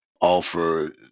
offer